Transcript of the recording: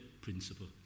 principle